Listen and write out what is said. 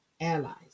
allies